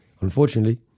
Unfortunately